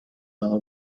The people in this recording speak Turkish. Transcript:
yana